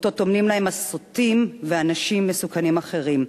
שטומנים להם סוטים ואנשים מסוכנים אחרים.